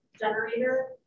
generator